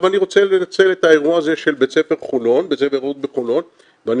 אני רוצה לנצל את האירוע הזה של בית ספר רעות בחולון ואני